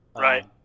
Right